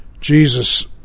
Jesus